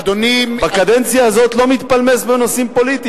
בקדנציה הזאת לא מתפלמס בנושאים פוליטיים,